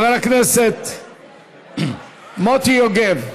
חבר הכנסת מוטי יוגב,